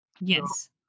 Yes